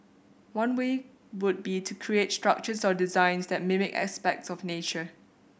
one way would be to create structures or designs that mimic aspects of nature